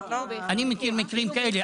אני מכיר מקרים כאלה.